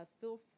feel